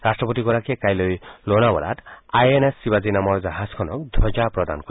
ৰাষ্ট্ৰপতিগৰাকীয়ে কাইলৈ লোনাৱালাত আইএনএছ শিৱাজী নামৰ জাহাজখনক ধবজা প্ৰদান কৰিব